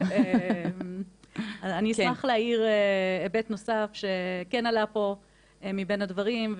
אני אשמח להעיר היבט נוסף שכן עלה פה מבין הדברים,